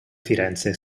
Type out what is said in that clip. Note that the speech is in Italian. firenze